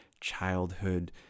childhood